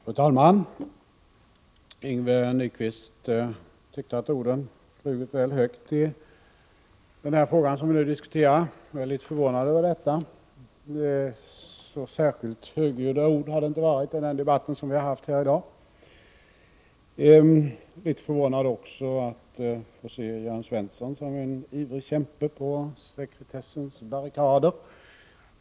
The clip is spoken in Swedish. Fru talman! Yngve Nyquist tyckte att orden flugit väl högt i den fråga som vi nu diskuterar. Jag är lite förvånad över detta. Så särskilt högljudd har inte den debatt varit som vi har haft i den här frågan. Jag är också litet förvånad över att få se Jörn Svensson som en ivrig kämpe på sekretessens barrikader.